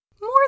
More